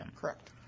Correct